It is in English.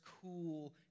cool